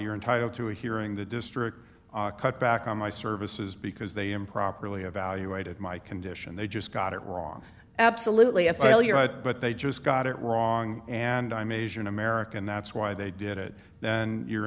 you're entitled to a hearing the district cut back on my services because they improperly evaluated my condition they just got it wrong absolutely a failure but they just got it wrong and i'm asian american that's why they did it and you're